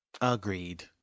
Agreed